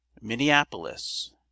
Minneapolis